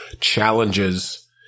challenges